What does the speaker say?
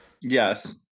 Yes